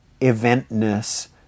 event-ness